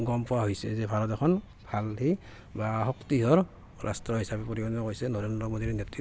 গম পোৱা হৈছে যে ভাৰত এখন ভাল দেশ বা শক্তিধৰ ৰাষ্ট্ৰ হিচাপে পৰিগণিত কৰিছে নৰেন্দ্ৰ মোদিৰ নেতৃত্বত